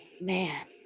Man